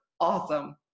awesome